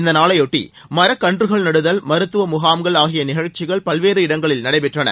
இந்த நாளையொட்டி மரக்கன்றுகள் நடுதல் மருத்துவ முகாம்கள் ஆகிய நிகழ்ச்சிகள் பல்வேறு இடங்களில் நடைபெற்றன